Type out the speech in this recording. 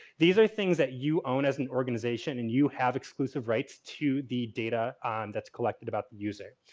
these are things that you own as an organization, and you have exclusive rights to the data that's collected about the user.